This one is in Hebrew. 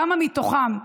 כמה מתוכם,